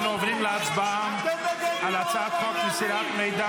אנחנו עוברים להצבעה על הצעת חוק מסירת מידע